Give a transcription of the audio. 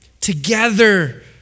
together